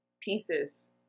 pieces